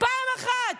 פעם אחת.